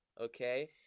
Okay